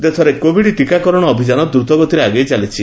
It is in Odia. ଟିକାକରଣ ଦେଶରେ କୋଭିଡ ଟିକାକରଣ ଅଭିଯାନ ଦ୍ରତଗତିରେ ଆଗେଇ ଚାଲିଛି